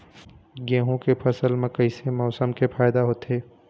गेहूं के फसल म कइसे मौसम से फायदा होथे?